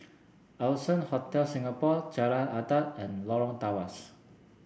Allson Hotel Singapore Jalan Adat and Lorong Tawas